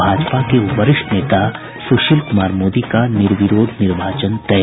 भाजपा के वरिष्ठ नेता सुशील कुमार मोदी का निर्विरोध निर्वाचन तय